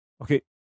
Okay